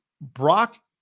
Brock